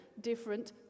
different